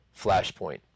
Flashpoint